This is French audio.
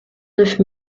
neuf